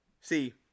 See